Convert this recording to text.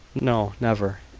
no, never.